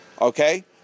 okay